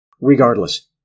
Regardless